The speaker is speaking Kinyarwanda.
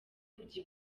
kujya